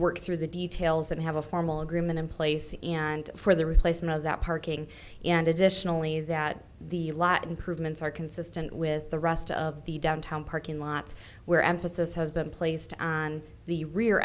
work through the details and have a formal agreement in place for the replacement of that parking and additionally that the lot improvements are consistent with the rest of the downtown parking lot where emphasis has been placed on the rear